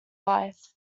life